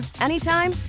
anytime